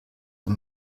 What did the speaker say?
den